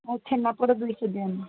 ଆଉ ଛେନାପୋଡ଼ ଦୁଇଶହ ଦିଅନ୍ତୁ